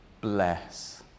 Bless